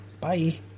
Bye